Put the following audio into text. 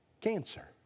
cancer